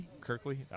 Kirkley